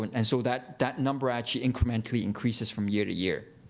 and and so, that that number actually incrementally increases from year to year.